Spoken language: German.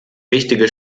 wichtige